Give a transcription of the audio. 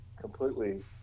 completely